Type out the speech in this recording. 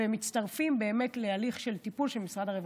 והם מצטרפים להליך של טיפול של משרד הרווחה.